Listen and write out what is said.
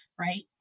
right